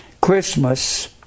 christmas